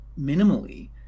minimally